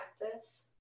practice